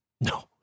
No